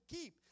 keep